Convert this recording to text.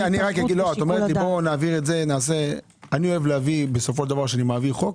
אני אוהב להעביר חוק